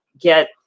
get